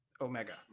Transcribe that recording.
Omega